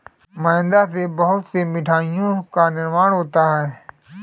मैदा से बहुत से मिठाइयों का निर्माण होता है